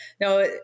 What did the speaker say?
no